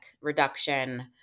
reduction